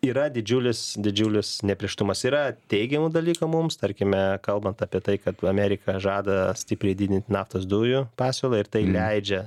yra didžiulis didžiulis neaprėštumas yra teigiamų dalykų mums tarkime kalbant apie tai kad amerika žada stipriai didinti naftos dujų pasiūlą ir tai leidžia